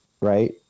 right